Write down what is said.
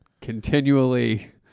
continually